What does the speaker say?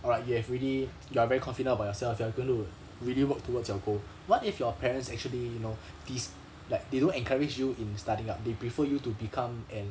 alright you have already you are very confident about yourself you are going to really work towards your goal what if your parents actually you know this like they don't encourage you in starting up they prefer you to become an